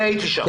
אני הייתי שם.